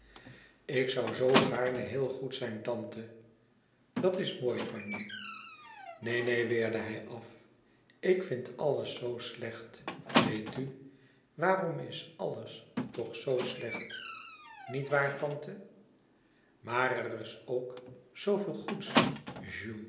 ik zoû zoo gaarne heel goed zijn tante dat is mooi van je neen neen weerde hij af ik vind alles zoo slecht weet u louis couperus extaze een boek van geluk waarom is alles toch zoo slecht niet waar tante maar er is ook zoo veel goeds